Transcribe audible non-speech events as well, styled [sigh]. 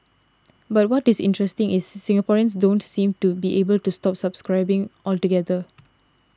but what is interesting is [noise] Singaporeans don't seem to be able to stop subscribing altogether